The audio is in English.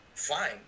Fine